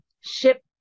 ship